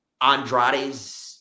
Andrade's